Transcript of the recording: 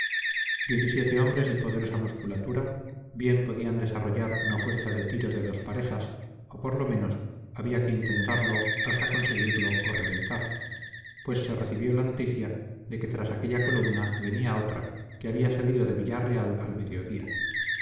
siete hombres de poderosa musculatura bien podían desarrollar la fuerza de tiro de dos parejas o por lo menos había que intentarlo hasta conseguirlo o reventar pues se recibió la noticia de que tras aquella columna venía otra que había salido de villarreal al mediodía